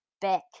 back